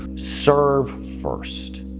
serve first,